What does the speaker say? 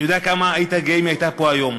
אני יודע כמה היית גאה אם היא הייתה פה היום.